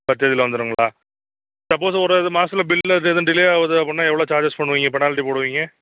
first வீக்கில் வந்துடுங்களா suppose ஒரு ஒரு மாதத்துல பில்லு எது ஏதும் டிலே ஆகுது அப்படின்னா எவ்வளோ சார்ஜஸ் பண்ணுவீங்க ஃபெனால்ட்டி போடுவீங்க